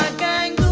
gang.